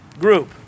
group